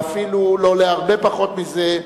ואפילו לא להרבה פחות מזה,